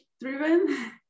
driven